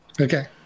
Okay